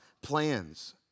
plans